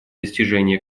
достижение